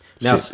now